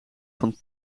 van